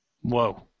Whoa